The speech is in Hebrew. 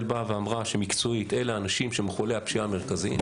באה ואמרה שמקצועית אלה האנשים שהם מחוללי הפשיעה המרכזיים,